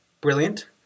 brilliant